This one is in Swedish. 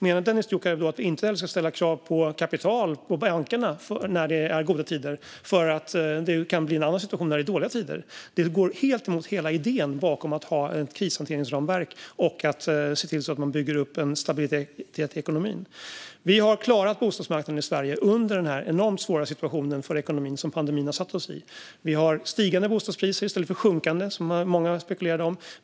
Menar Dennis Dioukarev att vi inte heller ska ställa krav på kapital på bankerna när det är goda tider för att det kan bli en annan situation när det är dåliga tider? Detta går helt emot idén bakom att ha ett krishanteringsramverk och att se till så att man bygger upp en stabilitet i ekonomin. Vi har klarat bostadsmarknaden i Sverige under den enormt svåra situation för ekonomin som pandemin har satt oss i. Vi har stigande bostadspriser i stället för sjunkande, som många spekulerade om.